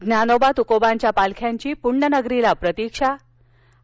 ज्ञानोबा तुकोबांच्या पालख्यांची पृण्यनगरीला प्रतीक्षा आणि